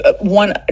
one